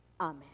Amen